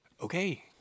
Okay